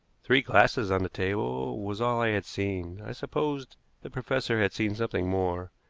three glasses on the table was all i had seen. i supposed the professor had seen something more,